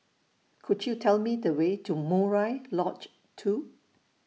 Could YOU Tell Me The Way to Murai Lodge two